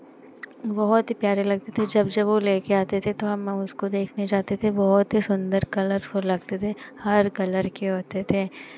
बहुत ही प्यारे लगते थे जब जब वो ले के आते थे तो हम उसको देखने जाते थे बहुत ही सुंदर कलरफुल लगते थे हर कलर के होते थे